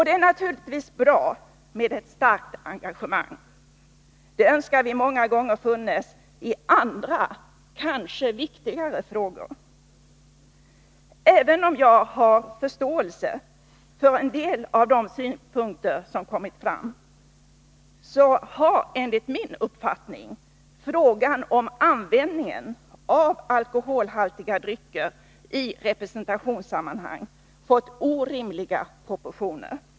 Det är naturligtvis bra med ett starkt engagemang. Det önskar vi många gånger funnes i andra, kanske viktigare frågor. Jag har också förståelse för många av de synpunkter som kommit | fram. Men enligt min uppfattning har frågan om användningen av | alkoholhaltiga drycker i representationssammanhang fått orimliga propor | tioner.